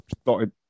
started